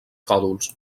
còdols